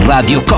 Radio